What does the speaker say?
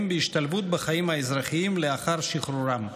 בהשתלבות בחיים האזרחיים לאחר שחרורם.